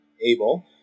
able